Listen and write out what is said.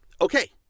Okay